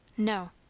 no.